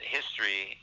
history